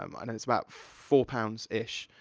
um i noticed, about four pounds, ish,